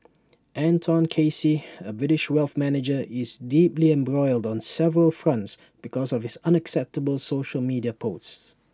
Anton Casey A British wealth manager is deeply embroiled on several fronts because of his unacceptable social media posts